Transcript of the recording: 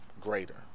greater